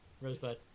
Rosebud